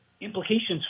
implications